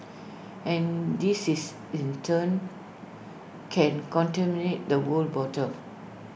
and this is in turn can contaminate the whole bottle